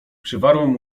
przywarłem